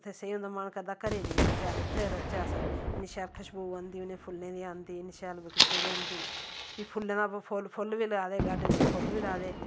उत्थे सेई रौह्ने दा मन करदा मन करदा घरै गी निं औचै अस उत्थे रौह्चै अस इन्नी शैल खुश्बू होंदी उ'नें फुल्लें दी आंदी इन्नी शैल बगीचे दी होंदी फिर फुल्लें दा फोल्ल फोल्ल बी लाए दे गार्डन च फोल्ल बी लाए दे